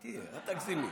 אל תגזימי.